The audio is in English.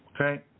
Okay